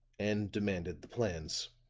and demanded the plans.